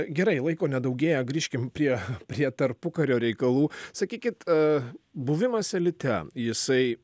gerai laiko nedaugėja grįžkim prie prie tarpukario reikalų sakykit buvimas elite jisai